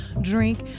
drink